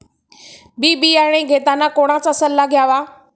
बी बियाणे घेताना कोणाचा सल्ला घ्यावा?